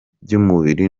by’umubiri